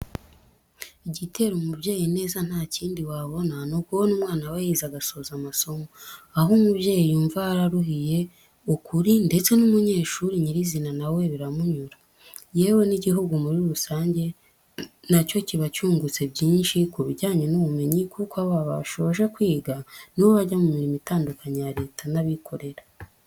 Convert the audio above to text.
Igitera umubyeyi ineza nta kindi wabona, ni ukubona umwana we yize agasoza amasomo, aho umubyeyi yumva yararuhiye ukuri ndetse n'umunyeshuri nyirizina na we biramunyura. Yewe n'igihugu muri rusange na cyo kiba cyungutse byinshi ku bijyanye n'ubumenyi, kuko aba baba bashoje kwiga ni bo bajya mu mirimo itandukanye ya leta n'abikorera.